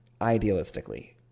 idealistically